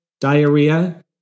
diarrhea